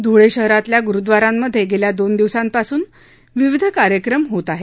धुळे शहरातल्या गुरुद्वारांमध्ये गेल्या दोन दिवसापासून विविध कार्यक्रम होत आहे